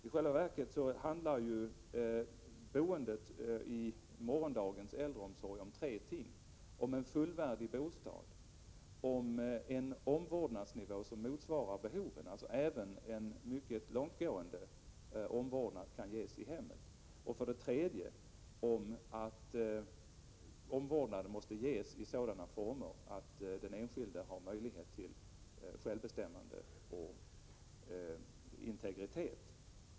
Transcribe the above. I själva verket handlar boendet i morgondagens äldreomsorg om tre ting: för det första om en fullvärdig bostad, för det andra om en omvårdnadsnivå som motsvarar behoven, dvs. även en mycket långt gående omvårdnad kan ges i hemmet, och för det tredje om att omvårdnaden måste ges i sådana former att den enskilde har möjlighet till självbestämmande och integritet.